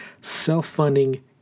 self-funding